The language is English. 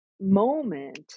moment